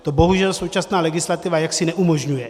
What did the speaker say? To bohužel současná legislativa jaksi neumožňuje.